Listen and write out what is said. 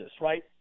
right